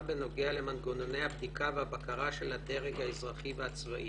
בנוגע למנגנוני הבדיקה והבקרה של הדרג האזרחי והצבאי.